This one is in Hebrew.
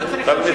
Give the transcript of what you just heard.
לא צריך,